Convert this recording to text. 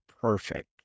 Perfect